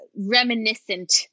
reminiscent